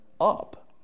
up